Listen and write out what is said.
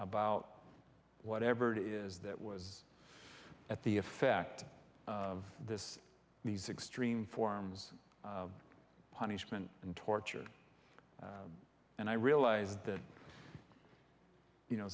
about whatever it is that was at the effect of this these extreme forms of punishment and torture and i realized that you know